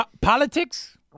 Politics